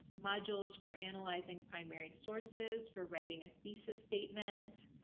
modules for analyzing primary sources for writing a thesis statement.